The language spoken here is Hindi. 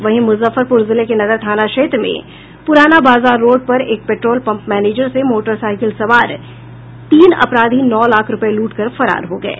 वहीं मुजफ्फरपुर जिले के नगर थाना क्षेत्र में पुराना बाजार रोड पर एक पेट्रोल पंप मैनेजर से मोटरसाईकिल सवार तीन अपराधी नौ लाख रूपये लूट कर फरार हो गये